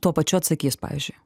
tuo pačiu atsakys pavyzdžiui